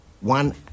one